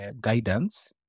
guidance